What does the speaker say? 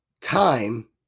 time